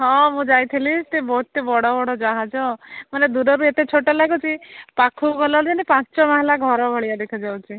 ହଁ ମୁଁ ଯାଇଥିଲି ସେ ବହୁତ ବଡ଼ ବଡ଼ ଜାହାଜ ମାନେ ଦୂରରୁ ଏତେ ଛୋଟ ଲାଗୁଛି ପାଖକୁ ଗଲେ ଯେମିତି ପାଞ୍ଚ ମାହେଲା ଘର ଭଳିଆ ଦେଖାଯାଉଛି